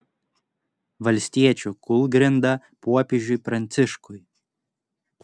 valstiečių kūlgrinda popiežiui pranciškui